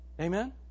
Amen